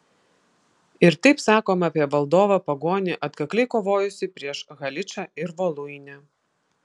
ir taip sakoma apie valdovą pagonį atkakliai kovojusį prieš haličą ir voluinę